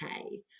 okay